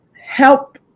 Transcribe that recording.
Help